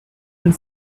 and